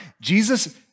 Jesus